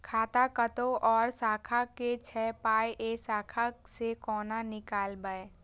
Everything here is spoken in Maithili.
खाता कतौ और शाखा के छै पाय ऐ शाखा से कोना नीकालबै?